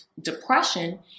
depression